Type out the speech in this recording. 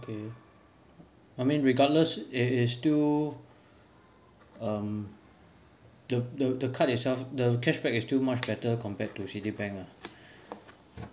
okay I mean regardless it it's still um the the the card itself the cashback is still much better compared to citibank lah